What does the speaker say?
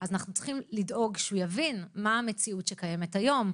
אז אנחנו צריכים לדאוג שהוא יבין מה המציאות שקיימת היום,